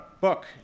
book